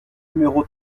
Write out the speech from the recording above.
numéro